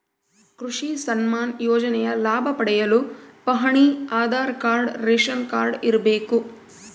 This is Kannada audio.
ಕೃಷಿ ಸನ್ಮಾನ್ ಯೋಜನೆಯ ಲಾಭ ಪಡೆಯಲು ಪಹಣಿ ಆಧಾರ್ ಕಾರ್ಡ್ ರೇಷನ್ ಕಾರ್ಡ್ ಇರಬೇಕು